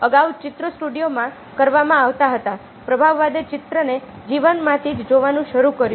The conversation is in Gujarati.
અગાઉ ચિત્રો સ્ટુડિયોમાં કરવામાં આવતા હતા પ્રભાવવાદે ચિત્રને જીવનમાંથી જ જોવાનું શરૂ કર્યું